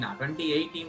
2018